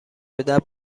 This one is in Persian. میدهد